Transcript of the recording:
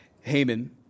Haman